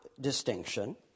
distinction